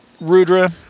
Rudra